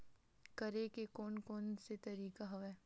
करे के कोन कोन से तरीका हवय?